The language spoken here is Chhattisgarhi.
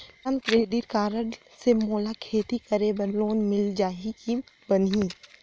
किसान क्रेडिट कारड से मोला खेती करे बर लोन मिल जाहि की बनही??